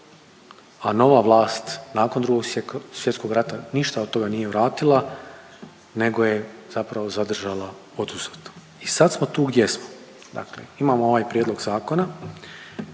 a nova vlast nakon Drugog svjetskog rata ništa od toga nije vratila nego je zapravo zadržala oduzeto i sad smo tu gdje smo. Dakle, imamo ovaj prijedlog zakona,